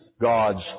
God's